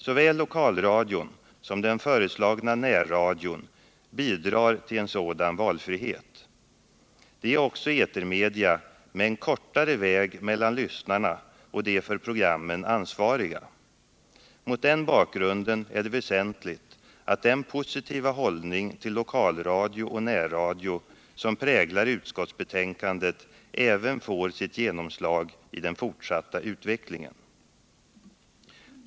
Såväl lokalradion som den föreslagna närradion bidrar till en sådan valfrihet. De är också etermedia med en kortare väg mellan lyssnarna och dem som är ansvariga för programmen. Mot den bakgrunden är det väsentligt att den positiva hållning till lokalradio och närradio som präglar utskottsbetänkandet även får sitt genomslag i den fortsatta utvecklingen.